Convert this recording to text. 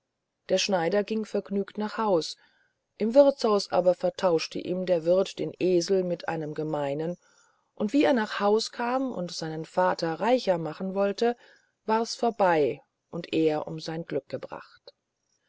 der schneider ging vergnügt nach haus im wirthshaus aber vertauschte ihm der wirth den esel mit einem gemeinen und wie er nach haus kam und seinen vater reicher machen wollte wars vorbei und er um sein glück gebracht